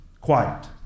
quiet